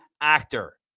actor